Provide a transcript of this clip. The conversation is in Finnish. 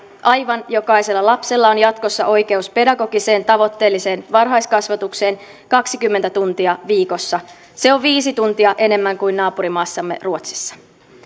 aivan jokaisella lapsella on jatkossa oikeus pedagogiseen tavoitteelliseen varhaiskasvatukseen kaksikymmentä tuntia viikossa se on viisi tuntia enemmän kuin naapurimaassamme ruotsissa